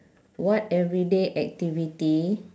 what everyday activity